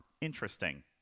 Interesting